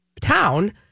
town